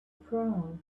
prone